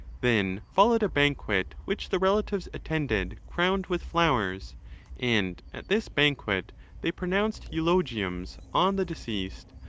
then followed a banquet which the relatives attended crowned with flowers and at this banquet they pronounced eulogiums on the deceased,